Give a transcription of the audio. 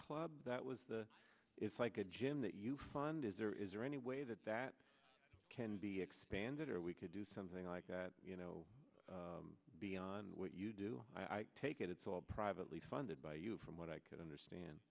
club that was the it's like a gym that you fund is there is there any way that that can be expanded or we could do something like that you know beyond what you do i take it it's all privately funded by you from what i can understand